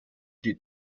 die